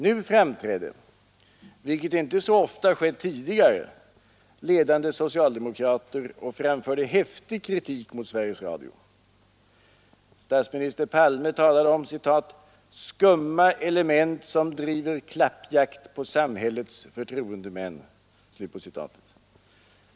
Nu framträdde — vilket inte så ofta skett tidigare — ledande socialdemokrater och framförde häftig kritik mot Sveriges Radio. Statsminister Palme talade om ”skumma element som driver klappjakt på samhällets förtroendemän”.